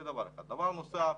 דבר נוסף,